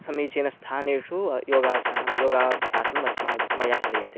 समीचीनस्थानेषु योगासनं योगाभ्यासः अस्माभिः मया क्रियते